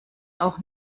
auch